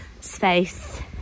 space